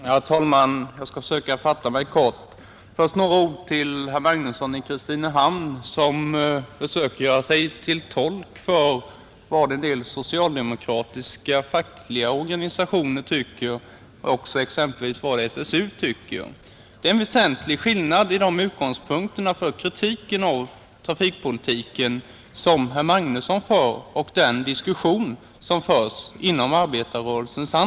Herr talman! Jag skall försöka fatta mig kort. Först några ord till herr Magnusson i Kristinehamn, som försöker göra sig till tolk för vad en del socialdemokratiska fackliga organisationer tycker och också för vad exempelvis SSU tycker. Det är en väsentlig skillnad i utgångspunkterna när det gäller den kritik av trafikpolitiken, som herr Magnusson framför och den diskussion som förs inom arbetarrörelsen.